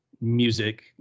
music